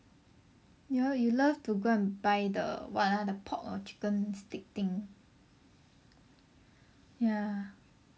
ya you love to go and buy the what ah the pork or chicken stick thing ya